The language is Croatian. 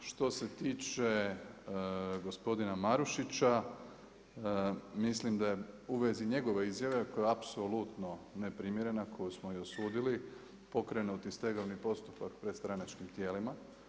Što se tiče gospodina Marušića, mislim da je u vezi njegove izjave koja je apsolutno neprimjerena, koju smo i osudili pokrenuti stegovni postupak pred stranačkim tijelima.